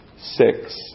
Six